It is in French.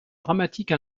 dramatique